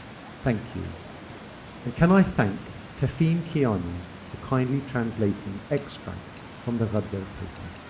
thank you. and can i thank tafhim kiani for kindly translating extracts from the ghadar paper.